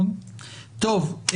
טוב,